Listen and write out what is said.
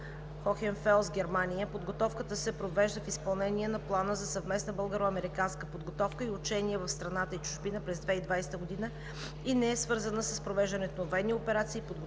Хохенфелс, Германия. Подготовката се провежда в изпълнение на „Плана за съвместна българо-американска подготовка и учение в страната и чужбина през 2020 г.“ и не е свързана с провеждането на военни операции, подготвителни